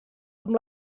amb